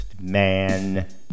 man